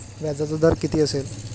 व्याजाचा दर किती असेल?